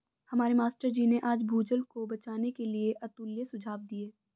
हमारे मास्टर जी ने आज भूजल को बचाने के लिए अतुल्य सुझाव दिए